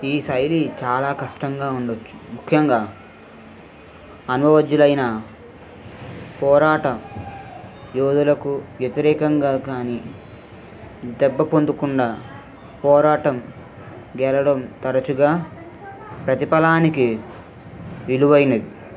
ఈ శైలి చాలా కష్టంగా ఉండవచ్చు ముఖ్యంగా అనుభవజ్జులైన పోరాట యోధులకు వ్యతిరేఖంగా కానీ దెబ్బ పొందకుండా పోరాటం గెలడం తరచుగా ప్రతిఫలానికి విలువైనది